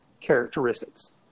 characteristics